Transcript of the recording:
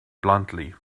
bluntly